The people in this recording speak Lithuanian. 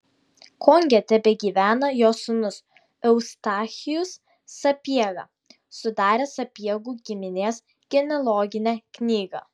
konge tebegyvena jo sūnus eustachijus sapiega sudaręs sapiegų giminės genealoginę knygą